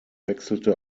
wechselte